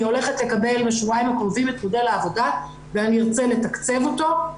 אני הולכת לקבל בשבועיים הקרובים את מודל העבודה ואני ארצה לתקצב אותו.